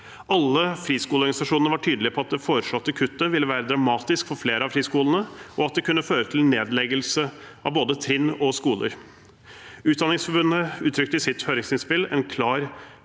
Alle friskoleorganisasjonene var tydelige på at det foreslåtte kuttet ville være dramatisk for flere av friskolene, og at det kunne føre til nedleggelse av både trinn og skoler. Utdanningsforbundet uttrykte i sitt høringsinnspill en klar